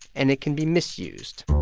and it can be misused